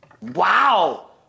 Wow